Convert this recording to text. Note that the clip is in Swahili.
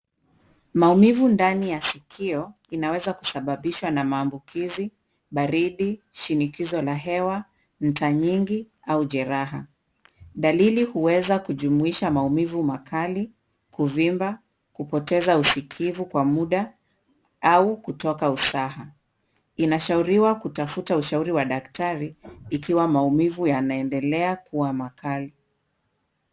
Maumivu ndani ya sikio inaweza kusababishwa na maambikizi, baridi, shinikizo la hewa, nta nyingi au jeraha. Dalili huweza kujumuisha maumivu makali, kuvimba, kupoteza usikivu kwa muda au kutoka usaha. Inashauriwa kutafuta ushauri wa daktari ikiwa maumivu yanaendelea kuwa makali.